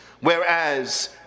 Whereas